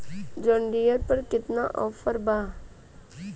John Deere पर केतना offer बा?